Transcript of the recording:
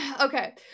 Okay